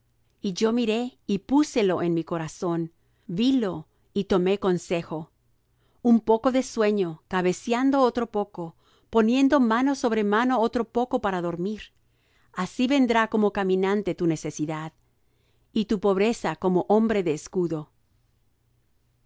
y yo miré y púse lo en mi corazón vi lo y tomé consejo un poco de sueño cabeceando otro poco poniendo mano sobre mano otro poco para dormir así vendrá como caminante tu necesidad y tu pobreza como hombre de escudo